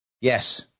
yes